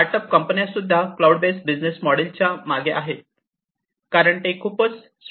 startup कंपन्या सुद्धा cloud based business मोडेलच्या मागे आहेत कारण ते खूपच स्वस्त मिळत आहे